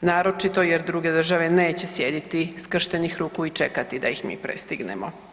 naročito jer druge države neće sjediti skrštenih ruku i čekati da ih mi prestignemo.